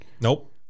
nope